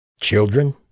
Children